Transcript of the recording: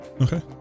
Okay